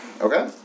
Okay